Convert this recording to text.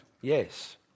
yes